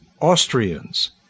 Austrians